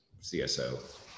CSO